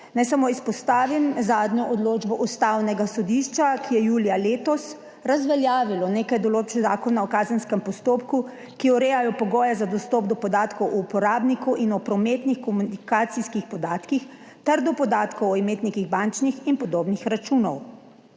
Naj samo izpostavim zadnjo odločbo Ustavnega sodišča, ki je julija letos razveljavilo nekaj določb zakona o kazenskem postopku, ki urejajo pogoje za dostop do podatkov o uporabniku in o prometnih komunikacijskih podatkih ter do podatkov o imetnikih bančnih in podobnih računov.